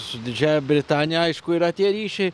su didžiąja britanija aišku yra tie ryšiai